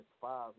five